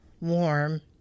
warm